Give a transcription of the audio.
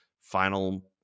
final